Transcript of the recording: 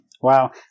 Wow